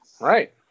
Right